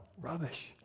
Rubbish